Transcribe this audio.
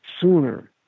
sooner